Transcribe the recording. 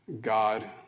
God